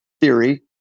theory